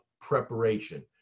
preparation